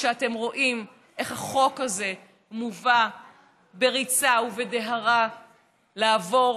כשאתם רואים איך החוק הזה מובא בריצה ובדהרה כדי לעבור